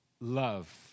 love